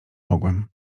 mogłem